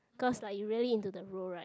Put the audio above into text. because like you really into the role right